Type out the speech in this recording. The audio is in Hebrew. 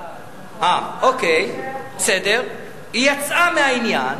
קורה מבחינת העניין